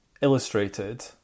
Illustrated